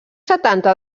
setanta